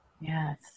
Yes